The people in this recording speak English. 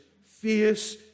fierce